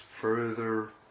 further